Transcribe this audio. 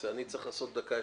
אני צריך לעשות דקה הפסקה.